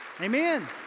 Amen